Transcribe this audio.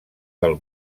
del